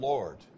Lord